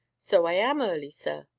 so i am early, sir,